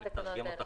אז מתחילים עם